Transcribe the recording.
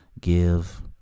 give